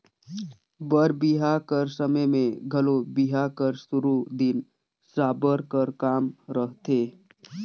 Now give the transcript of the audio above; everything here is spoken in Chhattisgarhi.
बर बिहा कर समे मे घलो बिहा कर सुरू दिन साबर कर काम रहथे